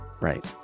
Right